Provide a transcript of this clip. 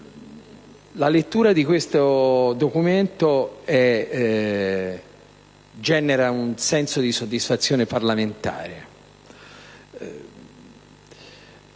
la lettura di questo documento genera un senso di soddisfazione parlamentare.